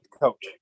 coach